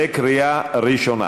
בקריאה ראשונה.